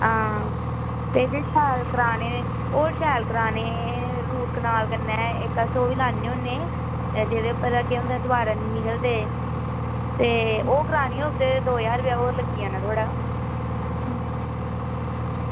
हां ते जे शैल कराने ओह् शैल कराने रूट कनाल कन्नै इक अस ओह् बी लाने होने ते जेह्दे पर केह् केह् होंदा जे दबारा नेईं निकलदे ते ओह् कराने होंदे दो ज्हार रपेआ होर लग्गी जाना थुआढ़ा